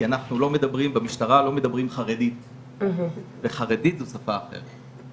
כי במשטרה לא מדברים חרדית וחרדית זו שפה אחרת.